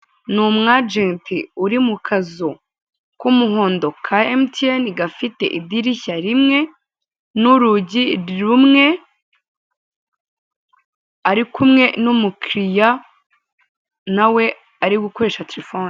Ni umwagenti uri mu kazu k'umuhondo ka MTN gafite idirishya rimwe n'urugi rumwe ari kumwe n'umu client nawe ari gukoresha terefone.